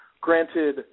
Granted